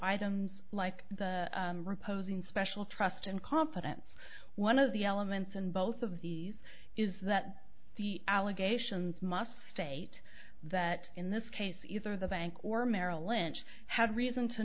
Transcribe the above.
items like the reposing special trust and confidence one of the elements in both of these is that the allegations must state that in this case either the bank or merrill lynch had reason to